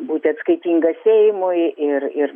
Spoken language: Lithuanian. būti atskaitinga seimui ir ir